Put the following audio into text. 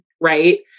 Right